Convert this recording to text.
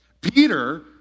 Peter